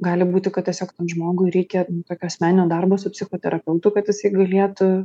gali būti kad tiesiog žmogui reikia tokio asmeninio darbo su psichoterapeutu kad jisai galėtų